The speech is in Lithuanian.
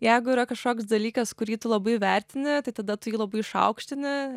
jeigu yra kažkoks dalykas kurį tu labai vertini tai tada tu jį labai išaukštini